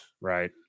right